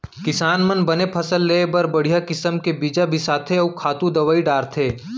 किसान मन बने फसल लेय बर बड़िहा किसम के बीजा बिसाथें अउ खातू दवई डारथें